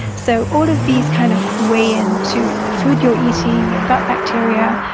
so, all of these kind of weigh into the food you're eating, your gut bacteria,